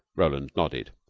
roland nodded.